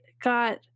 got